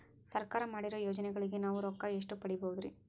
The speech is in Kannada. ಸರ್ಕಾರ ಮಾಡಿರೋ ಯೋಜನೆಗಳಿಗೆ ನಾವು ರೊಕ್ಕ ಎಷ್ಟು ಪಡೀಬಹುದುರಿ?